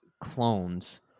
clones